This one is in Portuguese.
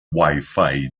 wifi